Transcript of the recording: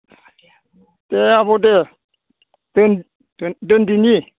दे आबौ दे दोन दोनदिनि